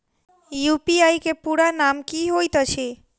UPI केँ पूरा नाम की होइत अछि?